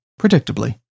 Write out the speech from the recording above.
predictably